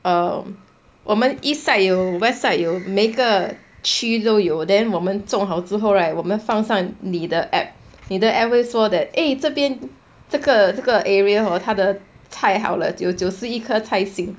um 我们 east side 有 west side 有每个区都有 then 我们种好之后 right 我们放上你的 application 你的 application 会说 that eh 这边这个这个 area hor 他的太好了九十一颗菜心